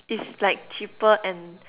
it's like cheaper and